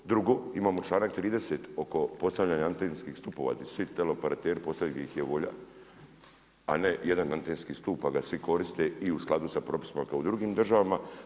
Drugo, imamo članak 30. oko postavljanja antenskih stupova gdje su svi teleoperateri postavljali gdje ih je volja, a ne jedan antenski stup pa ga svi koriste i u skladu sa propisima kao u drugim državama.